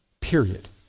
period